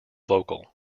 vocal